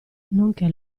nonché